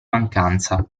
mancanza